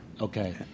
Okay